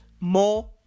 more